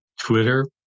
Twitter